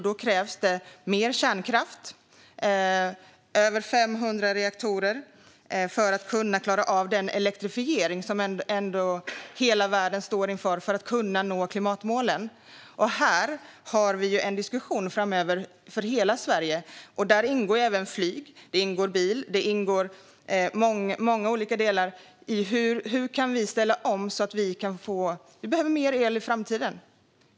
Då krävs det mer kärnkraft, över 500 reaktorer, för att klara av den elektrifiering som hela världen står inför för att kunna nå klimatmålen. Här har vi en diskussion för hela Sverige framöver i vilken flyg, bil och mycket annat ingår. Det handlar om hur vi kan ställa om för att få mer el i framtiden.